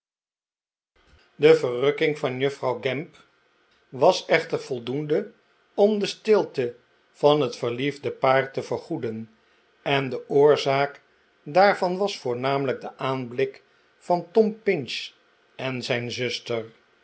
de verrukking van juffrouw gamp was echter voldoende om de stilte van het verliefde paar te vergoeden en de oorzaak daarvan was voornamelijk de aanblik van tom pinch en zijn zuster